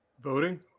Voting